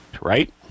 Right